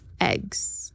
Eggs